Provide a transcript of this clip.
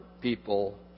people